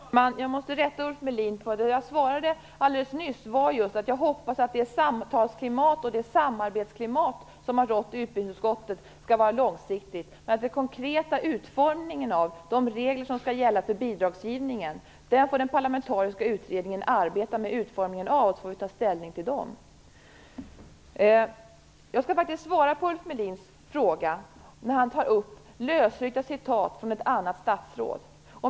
Herr talman! Jag måste rätta Ulf Melin. Jag svarade alldeles nyss att jag hoppades att det samtalsklimat och det samarbetsklimat som har rått i utbildningsutskottet skall vara långsiktigt. Men den konkreta utformningen av de regler som skall gälla för bidragsgivningen får den parlamentariska utredningen arbeta med, och sedan får vi ta ställning till det. Jag skall faktiskt svara på Ulf Melins fråga när han tar upp lösryckta citat från ett annat statsråd.